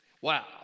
Wow